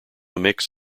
mix